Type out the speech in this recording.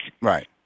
Right